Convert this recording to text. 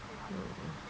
mm mm